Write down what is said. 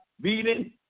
beating